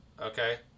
okay